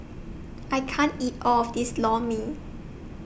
I can't eat All of This Lor Mee